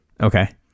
okay